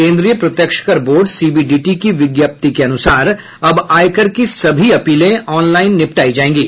केंद्रीय प्रत्यक्ष कर बोर्ड सीबीडीटी की विज्ञप्ति के अनुसार अब आयकर की सभी अपीलें ऑनलाईन निपटाई जाएंगी